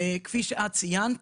וכפי שציינת,